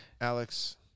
Alex